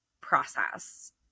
process